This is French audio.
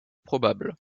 probable